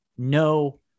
No